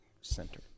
Center